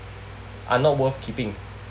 are not worth keeping